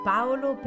Paolo